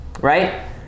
right